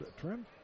trim